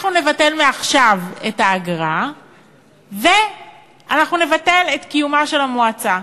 אנחנו נבטל מעכשיו את האגרה ואנחנו נבטל את קיומה של המועצה.